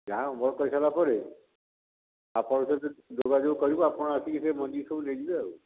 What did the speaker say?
ଯାହା ଅମଳ କରିସାରିଲା ପରେ ଆପଣଙ୍କ ସହିତ ଯୋଗାଯୋଗ କରିବୁ ଆପଣ ଆସିକି ସେ ମଞ୍ଜିକି ସବୁ ନେଇଯିବେ ଆଉ